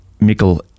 Mikkel